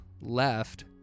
Left